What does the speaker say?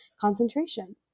concentration